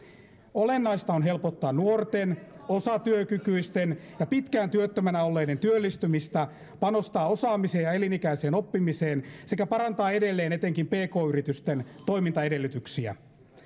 olennaista on helpottaa nuorten osatyökykyisten ja pitkään työttömänä olleiden työllistymistä panostaa osaamiseen ja elinikäiseen oppimiseen sekä parantaa edelleen etenkin pk yritysten toimintaedellytyksiä